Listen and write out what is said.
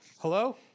Hello